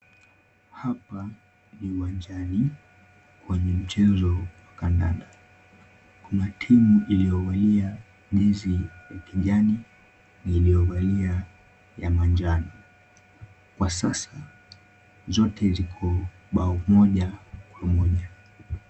Hapa ni uwanjani, kwenye mchezo wa kandanda. Kuna timu iliyovalia jezi ya kijani na iliyovalia ya manjano. Kwa sasa, zote ziko bao moja kwa moja.